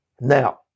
Now